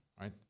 right